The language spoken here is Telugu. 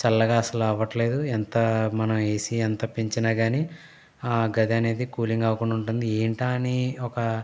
చల్లగా అసలు అవ్వట్లేదు ఎంత మనం ఏసీ ఎంత పెంచిన కాని ఆ గది అనేది కూలింగ్ అవ్వకుండా ఉంటుంది ఏంటా అని ఒక